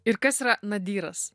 ir kas yra nadyras